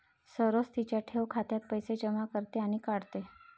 सरोज तिच्या ठेव खात्यात पैसे जमा करते आणि काढते